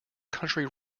country